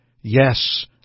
Yes